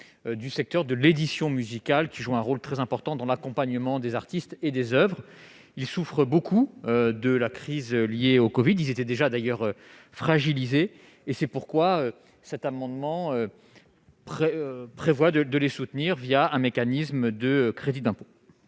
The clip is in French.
du secteur de l'édition musicale, qui joue un rôle très important dans l'accompagnement des artistes et des Oeuvres, il souffre beaucoup de la crise liée au Covid ils était déjà d'ailleurs fragilisée et c'est pourquoi cet amendement près prévoit de de les soutenir via un mécanisme de crédit d'impôt.